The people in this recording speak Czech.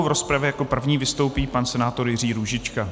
V rozpravě jak první vystoupí pan senátor Jiří Růžička.